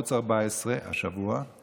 בערוץ 14 השבוע.